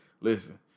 Listen